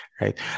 right